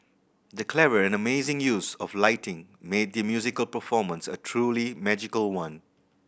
the clever and amazing use of lighting made the musical performance a truly magical one